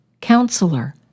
counselor